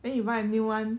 then you buy a new one